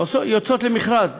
יוצאות למכרז